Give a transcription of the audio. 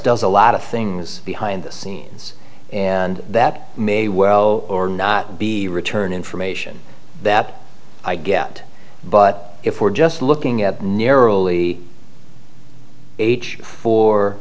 does a lot of things behind the scenes and that may well or not be returned information that i get but if we're just looking at narrowly h fo